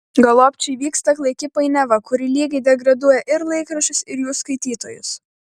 galop čia įvyksta klaiki painiava kuri lygiai degraduoja ir laikraščius ir jų skaitytojus